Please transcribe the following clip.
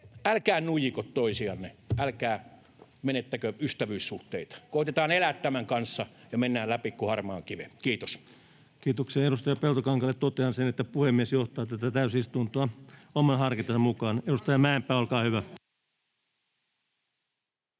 älkää nuijiko toisianne, älkää menettäkö ystävyyssuhteita. Koetetaan elää tämän kanssa ja mennään läpi kuin harmaan kiven. — Kiitos. Kiitoksia. — Edustaja Peltokankaalle totean, että puhemies johtaa tätä täysistuntoa oman harkintansa mukaan. [Jani Mäkelä: Täällä